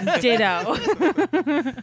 Ditto